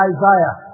Isaiah